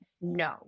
no